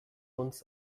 uns